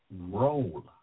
Roll